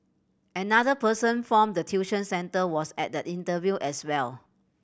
another person form the tuition centre was at the interview as well